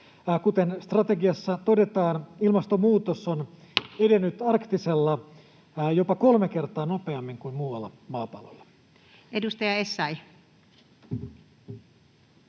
Kuten strategiassa todetaan, ilmastonmuutos on edennyt arktisella jopa kolme kertaa nopeammin kuin muualla maapallolla. Edustaja Essayah.